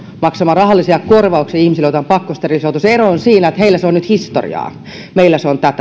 maksamaan rahallisia korvauksia ihmisille joita on pakkosterilisoitu se ero on siinä että heillä se on nyt historiaa ja meillä se on tätä